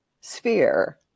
sphere